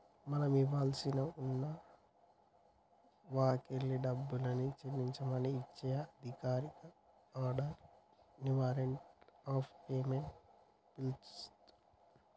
మనం ఇవ్వాల్సి ఉన్న వాల్లకెల్లి డబ్బుని చెల్లించమని ఇచ్చే అధికారిక ఆర్డర్ ని వారెంట్ ఆఫ్ పేమెంట్ పిలుత్తున్రు